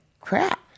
crap